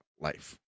life